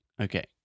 Okay